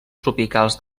tropicals